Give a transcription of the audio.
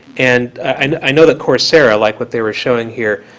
and and i know that coursera, like what they were showing here,